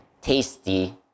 tasty